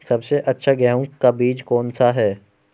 सबसे अच्छा गेहूँ का बीज कौन सा है?